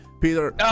Peter